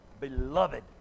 beloved